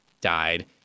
died